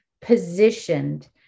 positioned